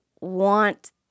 want